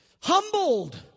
humbled